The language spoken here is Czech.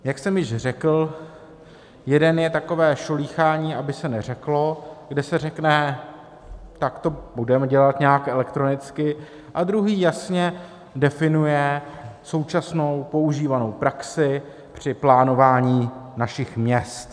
Jak jsem již řekl, jeden je takové šolíchání, aby se neřeklo, kde se řekne: tak to budeme dělat nějak elektronicky, a druhý jasně definuje současnou používanou praxi při plánování našich měst.